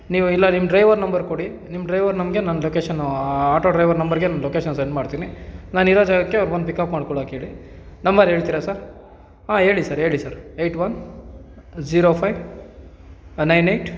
ನೀವು ಇಲ್ಲ ನಿಮ್ಮ ಡ್ರೈವರ್ ನಂಬರ್ ಕೊಡಿ ನಿಮ್ಮ ಡ್ರೈವರ್ ನಮಗೆ ನನ್ನ ಲೊಕೇಶನು ಆ ಆಟೋ ಡ್ರೈವರ್ ನಂಬರ್ಗೆ ನಾನು ಲೊಕೇಶನ್ ಸೆಂಡ್ ಮಾಡ್ತೀನಿ ನಾನಿರೋ ಜಾಗಕ್ಕೆ ಅವ್ರು ಬಂದು ಪಿಕಪ್ ಮಾಡ್ಕೊಳಕ್ಕೆ ಹೇಳಿ ನಂಬರ್ ಹೇಳ್ತಿರಾ ಸರ್ ಹಾಂ ಹೇಳಿ ಸರ್ ಹೇಳಿ sir sir eight one zero five nine eight